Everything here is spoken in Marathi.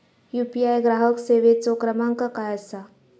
यू.पी.आय ग्राहक सेवेचो क्रमांक काय असा?